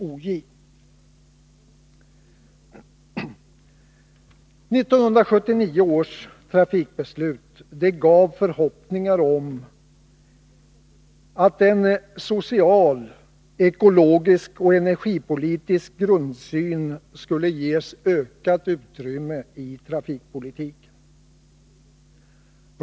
1979 års trafikbeslut gav förhoppningar om att en social, ekologisk och energipolitisk grundsyn skulle ges ökat utrymme i trafikpolitiken.